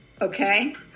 okay